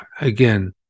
again